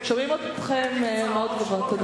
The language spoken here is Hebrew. שומעים אתכם מאוד חזק.